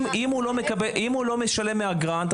אם הוא לא משלם מהגרנט,